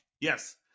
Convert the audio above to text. yes